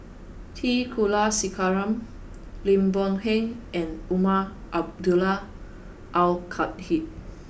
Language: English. T Kulasekaram Lim Boon Heng and Umar Abdullah Al Khatib